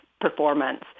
performance